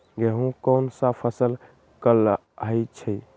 गेहूँ कोन सा फसल कहलाई छई?